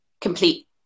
complete